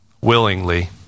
willingly